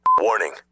Warning